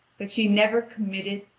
that she never committed,